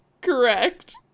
correct